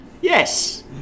Yes